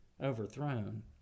overthrown